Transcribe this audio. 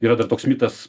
yra dar toks mitas